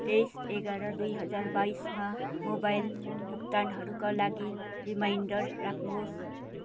तेइस एघार दुई हजार बाइसमा मोबाइल भुक्तानहरूका लागि रिमाइन्डर राख्नुहोस्